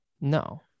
no